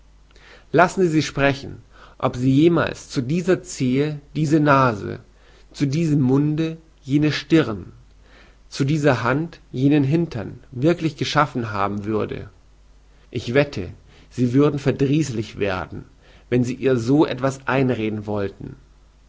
lassen sie sie sprechen ob sie jemals zu dieser zehe diese nase zu diesem munde jene stirn zu dieser hand jenen hintern wirklich geschaffen haben würde ich wette sie würde verdrießlich werden wenn sie ihr so etwas einreden wollten